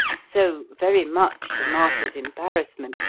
so, very much to martha's embarrassment,